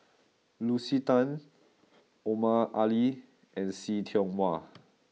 Lucy Tan Omar Ali and See Tiong Wah